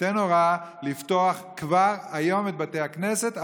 ייתן הוראה לפתוח כבר היום את בתי הכנסת,